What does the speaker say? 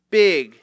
big